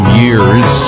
years